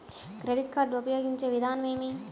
Credit card ఉపయోగించే విధానం ఏమి?